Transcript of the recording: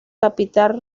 capital